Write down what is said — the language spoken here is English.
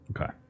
Okay